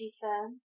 firm